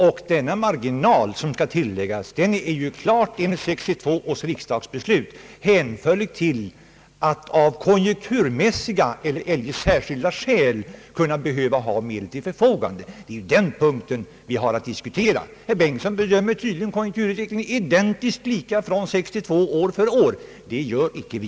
Vilken marginal som skall tilläggas enligt 1962 års riksdagsbeslut är klart hänförlig till att man av konjunkturmässiga eller eljest särskilda skäl kan behöva ha medel till förfogande. Det är den punk ten vi har att diskutera. Herr Bengtson bedömer tydligen konjunkturutvecklingen som identiskt lika från 1962 år från år. Det gör icke vi.